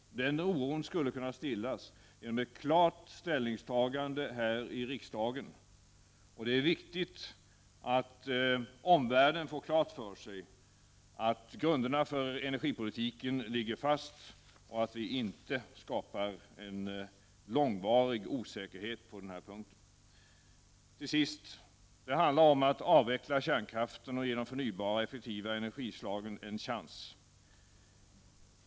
Den oron skulle kunna stillas genom att klart ställningstagande här i riksdagen. Och det är viktigt att omvärlden får klart för sig att grunderna för energipolitiken ligger fast och att det inte skapas en långvarig osäkerhet på den här punkten. Till sist handlar det om att avveckla kärnkraften och att ge de förnybara och effektiva energislagen en chans.